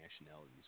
nationalities